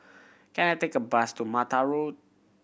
can I take a bus to Mattar Road